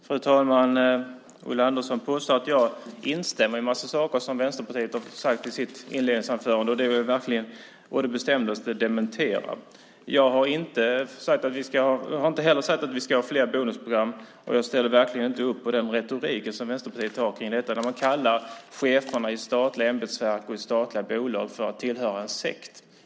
Fru talman! Ulla Andersson påstår att jag instämmer i en massa saker i Vänsterpartiets inledningsanförande. Det vill jag verkligen å det bestämdaste dementera. Dessutom har jag inte sagt att vi ska ha flera bonusprogram, och jag ställer verkligen inte upp på Vänsterpartiets retorik kring detta. Man säger ju att cheferna i statliga ämbetsverk och i statliga bolag tillhör en sekt.